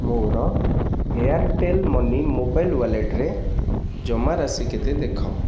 ମୋର Airtel money mobile ୱାଲେଟ୍ରେ ଜମାରାଶି କେତେ ଦେଖ